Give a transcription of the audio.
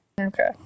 Okay